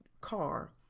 car